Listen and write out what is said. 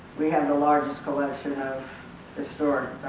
we have the largest collection of historic